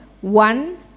one